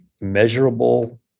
measurable